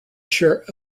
share